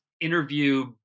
interview